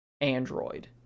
Android